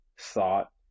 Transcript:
thought